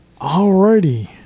Alrighty